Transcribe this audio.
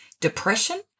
depression